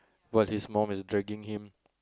but he's mum is dragging him